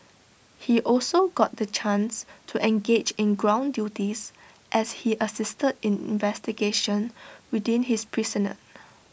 he also got the chance to engage in ground duties as he assisted in investigations within his precinct